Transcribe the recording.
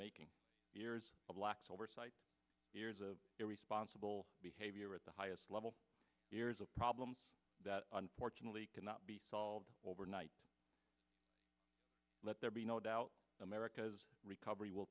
making years of lax oversight years of responsible behavior at the highest level here's a problem that unfortunately cannot be solved overnight let there be no doubt america's recovery will